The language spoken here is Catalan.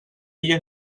ella